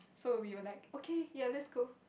so we were like okay ya let's go